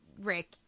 Rick